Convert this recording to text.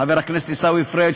חבר הכנסת עיסאווי פריג',